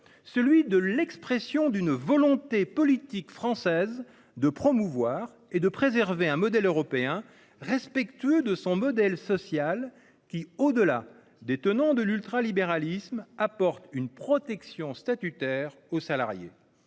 et traduit la volonté politique française de promouvoir et de préserver un modèle européen respectueux de son modèle social, qui, au-delà des tenants de l'ultralibéralisme, apporte une protection statutaire aux salariés.